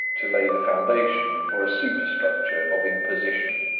to lay the foundation for a superstructure of imposition.